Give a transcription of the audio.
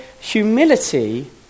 humility